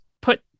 put